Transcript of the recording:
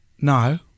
no